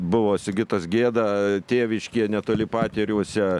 buvo sigitas gėda tėviškėje netoli patėriuose